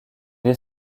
est